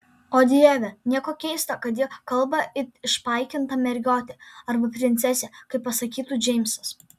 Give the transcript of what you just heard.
o dieve nieko keista kad ji kalba it išpaikinta mergiotė arba princesė kaip pasakytų džeimsas